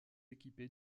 équipé